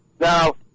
Now